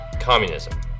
communism